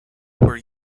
were